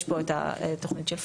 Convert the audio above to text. יש פה את התוכנית של פינלנד,